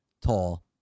tall